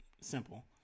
simple